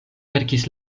verkis